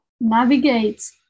navigate